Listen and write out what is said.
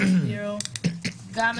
דומני שהקואליציה נוכחת כאן ברוב, אז הכול בסדר.